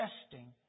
testing